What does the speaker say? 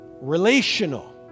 relational